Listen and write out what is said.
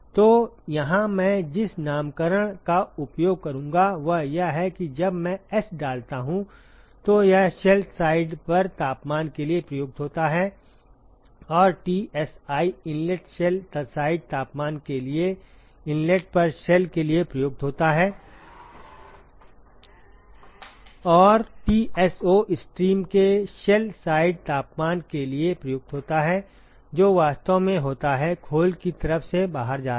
तो यहां मैं जिस नामकरण का उपयोग करूंगा वह यह है कि जब मैं S डालता हूं तो यह शेल साइड पर तापमान के लिए प्रयुक्त होता है और Tsi इनलेट शेल साइड तापमान के लिए इनलेट पर शेल के लिए प्रयुक्त होता है और Tso स्ट्रीम के शेल साइड तापमान के लिए प्रयुक्त होता है जो वास्तव में होता है खोल की तरफ से बाहर जा रहा है